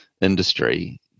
industry